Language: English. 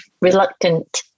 reluctant